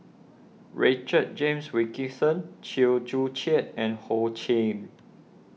Richard James Wilkinson Chew Joo Chiat and Ho Ching